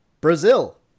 Brazil